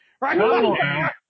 Right